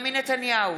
בנימין נתניהו,